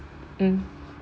mm